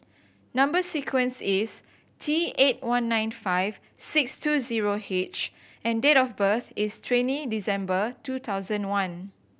number sequence is T eight one nine five six two zero H and date of birth is twenty December two thousand one